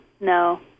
No